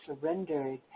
surrendered